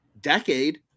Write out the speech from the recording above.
decade